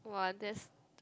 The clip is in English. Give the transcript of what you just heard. !wah! that's